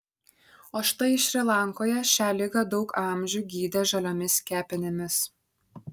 o štai šri lankoje šią ligą daug amžių gydė žaliomis kepenimis